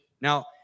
Now